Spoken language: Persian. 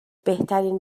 بهترین